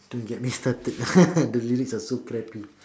don't get me started the lyrics are so crappy